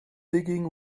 digging